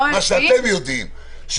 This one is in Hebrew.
שאתם יודעים,